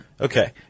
Okay